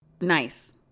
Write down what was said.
nice